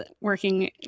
working